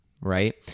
right